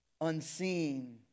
Unseen